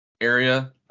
area